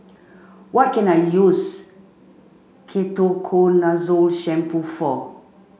what can I use Ketoconazole shampoo for